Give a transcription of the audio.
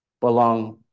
Belong